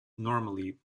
normally